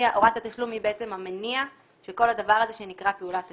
הוראת התשלום היא בעצם המניע של כל הדבר הזה שנקרא פעולת תשלום,